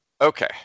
okay